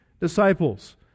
Disciples